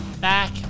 back